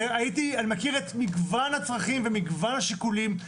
ואני מכיר את מגוון הצרכים ומגוון השיקולים.